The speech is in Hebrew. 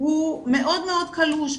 הוא מאוד מאוד קלוש,